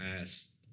asked